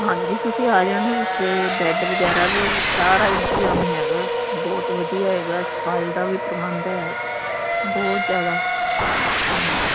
ਹਾਂਜੀ ਤੁਸੀਂ ਆ ਜਾਣਾ ਇੱਥੇ ਬੈੱਡ ਵਗੈਰਾ ਵੀ ਸਾਰਾ ਇੰਤਜਾਮ ਹੈਗਾ ਬਹੁਤ ਵਧੀਆ ਹੈਗਾ ਸਫ਼ਾਈ ਦਾ ਵੀ ਪ੍ਰਬੰਧ ਹੈ ਬਹੁਤ ਜ਼ਿਆਦਾ ਹਾਂਜੀ